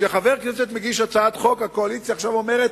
כשחבר כנסת מגיש הצעת חוק הקואליציה אומרת: